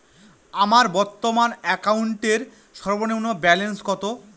আমার বর্তমান অ্যাকাউন্টের সর্বনিম্ন ব্যালেন্স কত?